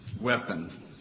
weapon